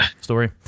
story